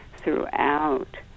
throughout